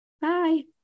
Bye